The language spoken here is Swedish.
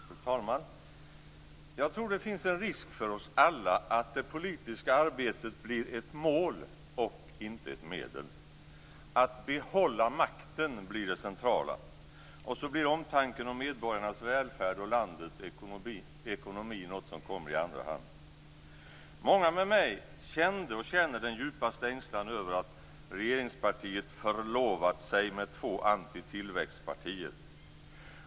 Fru talman! Jag tror att det finns en risk för oss alla att det politiska arbetet blir ett mål och inte ett medel. Att behålla makten blir det centrala. Och så blir omtanken om medborgarnas välfärd och landets ekonomi något som kommer i andra hand. Många med mig kände och känner den djupaste ängslan över att regeringspartiet förlovat sig med två antitillväxtpartier.